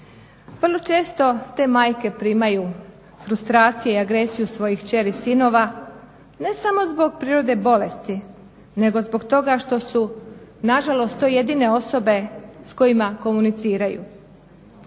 Vrlo često te majke primaju frustracije i agresiju svojih kćeri, sinova ne samo zbog prirode bolesti nego zbog toga što su na žalost to jedine osobe s kojima komuniciraju.